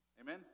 Amen